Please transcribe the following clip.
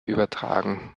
übertragen